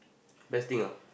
testing ah